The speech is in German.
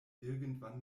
irgendwann